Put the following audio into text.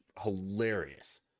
hilarious